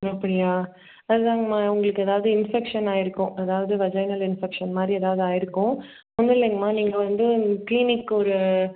ஓ அப்படியா அதுதாங்கமா உங்களுக்கு ஏதாவது இன்ஃபெக்ஷன் ஆயிருக்கும் அதாவது வெர்ஜனல் இன்ஃபெக்ஷன் மாதிரி ஏதாவது ஆயிருக்கும் ஒன்னுல்லைங்கமா நீங்கள் வந்து க்ளீனிக்கு ஒரு